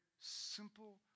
simple